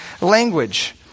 language